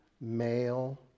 male